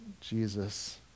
jesus